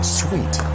sweet